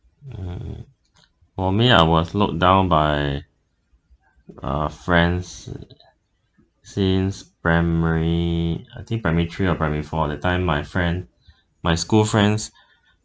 mm for me I was looked down by uh friends since primary I think primary three or primary four that time my friend my school friends